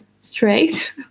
straight